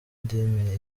indimi